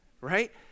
right